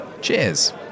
Cheers